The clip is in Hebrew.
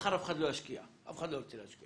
מחר אף אחד לא ירצה להשקיע.